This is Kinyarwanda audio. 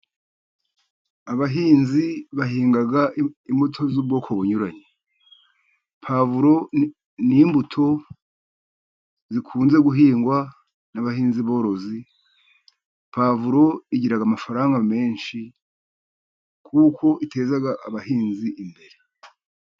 Abahinzi bahinga imbuto z'ubwoko bunyuranye. Puwavuro ni imbuto zikunze guhingwa n'abahinzi borozi. Puwavuro igira amafaranga menshi kuko iteza abahinzi imbere.